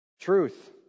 Truth